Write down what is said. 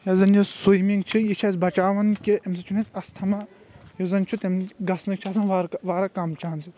یۄس زن یہِ سُیمنٛگ چھِ یہِ چھِ اسہِ بچاون کہِ امہِ سۭتۍ چھُ مےٚ استھما یُس زن چھُ تمِچ گژھنٕچ چھِ آسان وارٕکار واریاہ کم چانٕس